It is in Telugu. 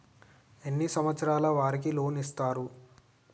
ఎన్ని సంవత్సరాల వారికి లోన్ ఇస్తరు?